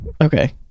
Okay